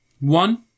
One